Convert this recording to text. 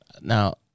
now